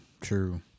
true